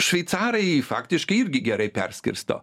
šveicarai faktiškai irgi gerai perskirsto